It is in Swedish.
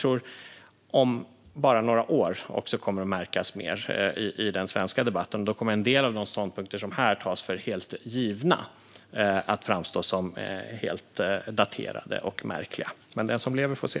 Om några år kommer den att märkas mer i den svenska debatten. Då kommer en del av de ståndpunkter som här tas för givna att framstå som daterade och märkliga. Den som lever får se.